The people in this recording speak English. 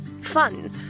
Fun